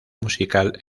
musical